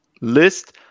list